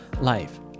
life